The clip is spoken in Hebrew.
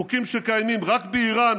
חוקים שקיימים רק באיראן,